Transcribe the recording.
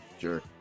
sure